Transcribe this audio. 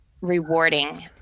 rewarding